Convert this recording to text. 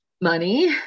money